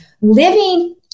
living